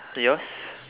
yours